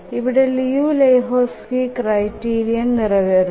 ഇവിടെ ലിയു ലഹോക്സ്ക്യ് ക്രൈറ്റീരിയൻ നിറവേറുന്നു